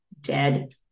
dead